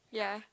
ya